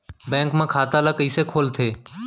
Bank म खाता ल कइसे खोलथे?